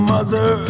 Mother